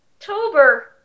October